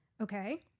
Okay